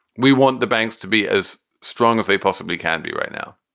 we want the banks to be as strong as they possibly can be right now.